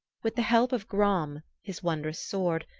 with the help of gram, his wondrous sword,